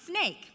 snake